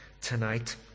tonight